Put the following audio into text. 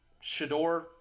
Shador